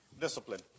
discipline